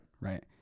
Right